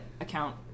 account